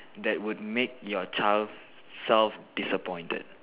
that would make your child self disappointed